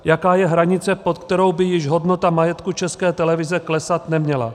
Jaká je hranice, pod kterou by již hodnota majetku České televize klesat neměla?